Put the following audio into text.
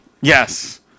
Yes